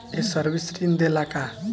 ये सर्विस ऋण देला का?